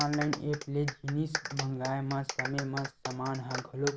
online app ले जिनिस मंगाए म समे म समान ह घलो